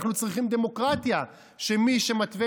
אנחנו צריכים דמוקרטיה שמי שמתווה